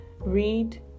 read